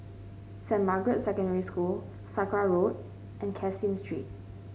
Saint Margaret's Secondary School Sakra Road and Caseen Street